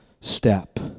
step